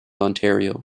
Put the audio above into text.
ontario